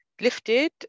lifted